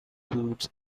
goods